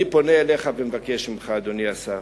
אני פונה אליך ומבקש ממך, אדוני השר.